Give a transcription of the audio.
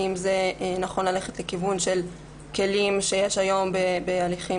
האם נכון ללכת לכיוון של כלים שיש היום בהליכים